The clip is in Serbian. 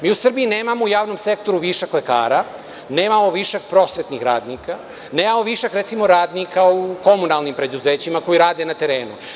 Mi u Srbiji nemamo u javnom sektoru višak lekara, nemamo višak prosvetnih radnika, nemamo višak recimo radnika u komunalnim preduzećima koji rade na terenu.